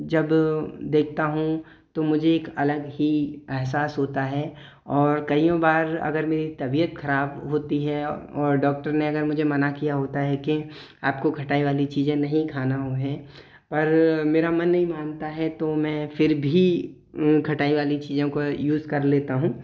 जब देखता हूँ तो मुझे एक अलग ही एहसास होता है और कईयों बार अगर मेरी तबीयत ख़राब होती है और डॉक्टर ने अगर मुझे मना किया होता है कि आप को खटाई वाली चीज़ें नहीं खाना है पर मेरा मन नहीं मानता है तो मैं फिर भी खटाई वाली चीज़ों का यूज़ कर लेता हूँ